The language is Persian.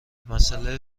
مسئله